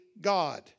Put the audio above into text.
God